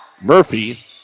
Murphy